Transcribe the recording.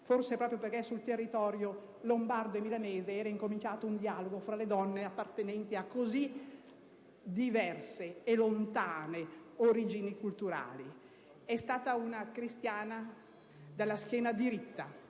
forse perché proprio sul territorio lombardo e milanese era incominciato un dialogo tra donne appartenenti a così diverse e lontane origini culturali. È stata una cristiana dalla schiena diritta: